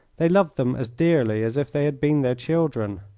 they loved them as dearly as if they had been their children.